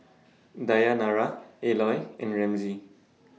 Dayanara Eloy and Ramsey